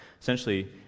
essentially